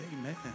amen